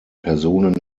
personen